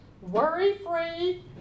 Worry-free